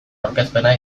aurkezpena